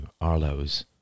Arlo's